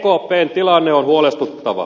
ekpn tilanne on huolestuttava